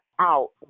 out